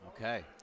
Okay